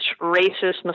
racist